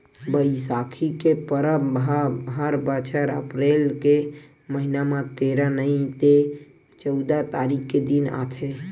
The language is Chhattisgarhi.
बइसाखी के परब ह हर बछर अपरेल के महिना म तेरा नइ ते चउदा तारीख के दिन आथे